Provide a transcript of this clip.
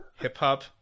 hip-hop